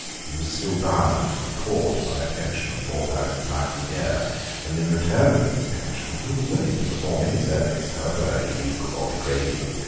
he was still bound to the court by a pension of four thousand pounds a year and in return for this pension he was willing to perform any service, however illegal or degrading,